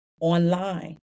online